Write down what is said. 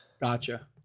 Gotcha